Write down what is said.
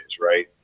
right